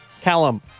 Callum